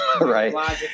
right